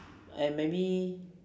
and maybe